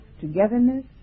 togetherness